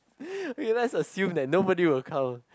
okay let's assume that nobody will come